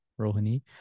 Rohani